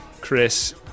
Chris